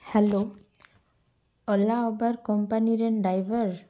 hello Ola Uber company ᱨᱮᱱ driver